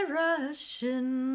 rushing